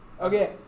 Okay